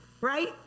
right